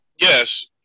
Yes